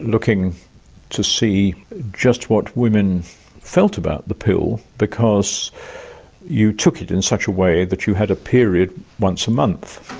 looking to see just what women felt about the pill, because you took it in such a way that you had a period once a month.